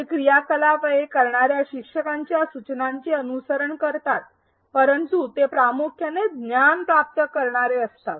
ते क्रियाकलाप वगैरे करणार्या शिक्षकांच्या सूचनांचे अनुसरण करतात परंतु ते प्रामुख्याने ज्ञान प्राप्त करणारे असतात